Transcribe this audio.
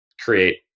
create